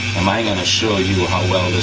am i gonna show you how well